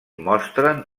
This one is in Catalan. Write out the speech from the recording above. mostren